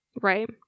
Right